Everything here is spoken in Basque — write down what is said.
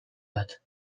bat